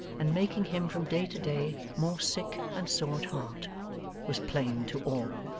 and making him from day to day more sick and sore at heart was plain to all.